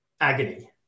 agony